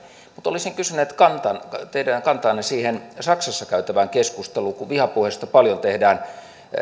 mutta olisin kysynyt teidän kantaanne siihen saksassa käytävään keskusteluun kun vihapuhetta paljon tulee